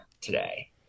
today